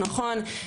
נכון.